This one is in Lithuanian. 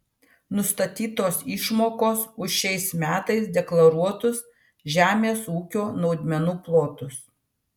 nustatytos išmokos už šiais metais deklaruotus žemės ūkio naudmenų plotus